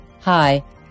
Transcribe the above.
Hi